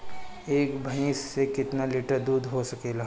एक भइस से कितना लिटर दूध हो सकेला?